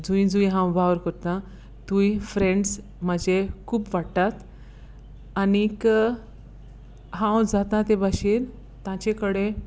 जूंय जूंय हांव वावर कोत्ता थूंय फ्रेंड्स म्हजे खूब वाडटात आनीक हांव जाता ते भाशेन तांचे कडेन